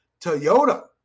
Toyota